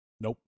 Nope